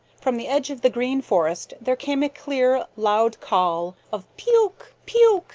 from the edge of the green forest there came a clear, loud call of, pe-ok! pe-ok! pe-ok!